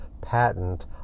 patent